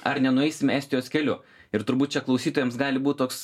ar nenueisim estijos keliu ir turbūt čia klausytojams gali būt toks